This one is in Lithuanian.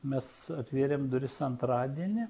mes atvėrėm duris antradienį